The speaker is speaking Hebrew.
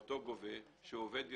מהגובֶה שהוא עובד עירייה,